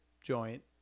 joint